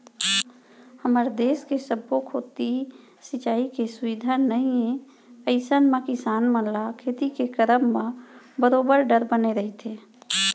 हमर देस के सब्बो कोती सिंचाई के सुबिधा नइ ए अइसन म किसान मन ल खेती के करब म बरोबर डर बने रहिथे